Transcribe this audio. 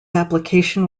application